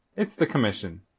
it's the commission.